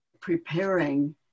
preparing